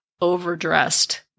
overdressed